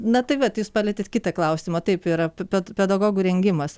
na tai vat jūs palietėt kitą klausimą taip yra bet pedagogų rengimas